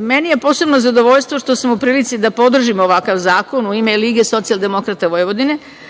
Meni je posebno zadovoljstvo što sam u prilici da podržim ovakav zakon u ime LSV, a pre svega